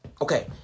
Okay